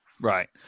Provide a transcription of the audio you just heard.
right